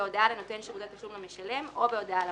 בהודעה לנותן שירותי תשלום למשלם או בהודעה למוטב.